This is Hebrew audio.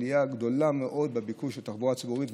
עלייה גדולה מאוד בביקוש לתחבורה הציבורית,